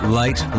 light